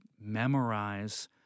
memorize